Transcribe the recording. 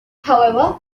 however